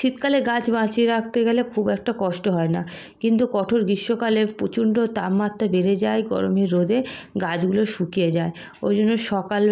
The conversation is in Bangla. শীতকালে গাছ বাঁচিয়ে রাখতে গেলে খুব একটা কষ্ট হয় না কিন্তু কঠোর গ্রীষ্মকালে প্রচণ্ড তাপমাত্রা বেড়ে যায় গরমে রোদে গাছগুলো শুকিয়ে যায় ওই জন্য সকাল